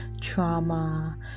trauma